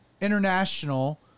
international